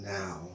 now